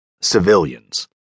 civilians